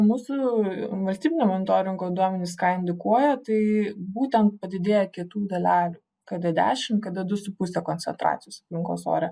mūsų valstybinio monitoringo duomenys ką indikuoja tai būtent padidėja kietų dalelių kada dešim kada du su puse koncentracijos aplinkos ore